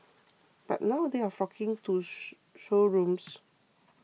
but now they are flocking to showrooms